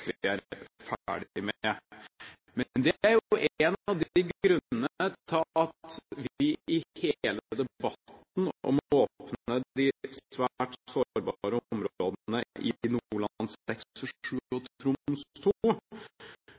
jeg at vi er ferdig med. Det er en av grunnene til at vi i hele debatten om å åpne de svært sårbare områdene